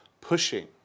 pushing